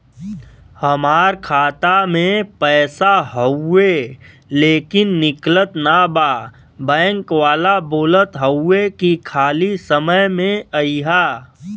हमार खाता में पैसा हवुवे लेकिन निकलत ना बा बैंक वाला बोलत हऊवे की खाली समय में अईहा